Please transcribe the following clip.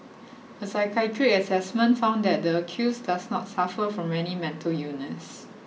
a psychiatric assessment found that the accused does not suffer from any mental illness